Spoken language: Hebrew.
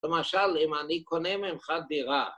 ‫למשל, אם אני קונה ממך דירה...